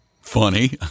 Funny